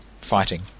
fighting